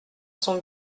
son